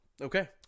Okay